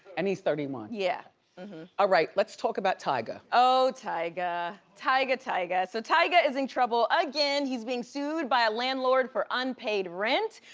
and he's thirty one. yeah. all ah right. let's talk about tyga. oh, tyga, tyga, tyga. so tyga is in trouble again. he's being sued by a landlord for unpaid rent.